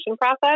process